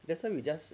that's why we just